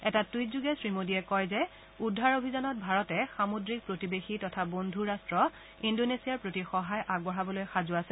এটা টুইটযোগে শ্ৰীমোডীয়ে কয় যে উদ্ধাৰ অভিযানত ভাৰতে সামূদ্ৰিক প্ৰতিবেশী তথা বদ্ধু ৰট্ট ইণ্ডোনেছিয়াৰ প্ৰতি সহায় আগবঢ়াবলৈ সাজু আছে